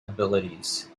abilities